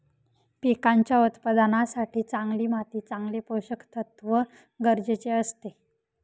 पिकांच्या उत्पादनासाठी चांगली माती चांगले पोषकतत्व गरजेचे असते